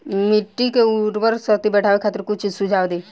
मिट्टी के उर्वरा शक्ति बढ़ावे खातिर कुछ सुझाव दी?